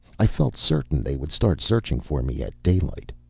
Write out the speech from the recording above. i felt certain they would start searching for me at daylight.